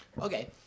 Okay